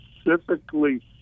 specifically